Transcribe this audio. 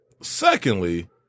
Secondly